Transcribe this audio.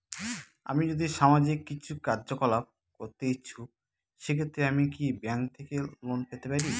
আমি যদি সামাজিক কিছু কার্যকলাপ করতে ইচ্ছুক সেক্ষেত্রে আমি কি ব্যাংক থেকে লোন পেতে পারি?